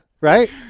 Right